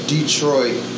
Detroit